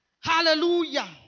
hallelujah